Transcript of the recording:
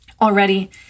already